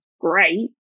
great